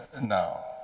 now